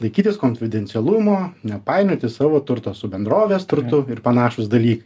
laikytis konfidencialumo nepainioti savo turto su bendrovės turtu ir panašūs dalykai